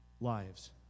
lives